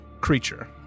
creature